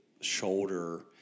shoulder